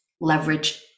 leverage